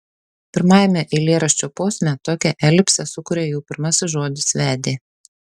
pirmajame eilėraščio posme tokią elipsę sukuria jau pirmasis žodis vedė